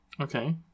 Okay